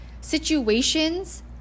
situations